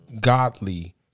godly